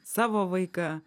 savo vaiką